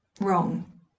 wrong